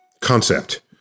concept